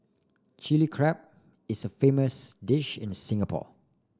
Chilli Crab is a famous dish in Singapore